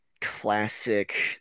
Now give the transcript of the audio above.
classic